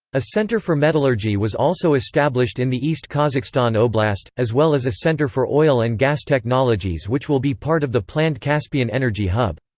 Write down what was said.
a centre for metallurgy was also established in the east kazakhstan oblast, as well as a centre for oil and gas technologies which will be part of the planned caspian energy hub.